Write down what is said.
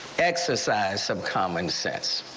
exercise some common sense.